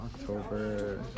October